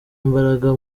imbaraga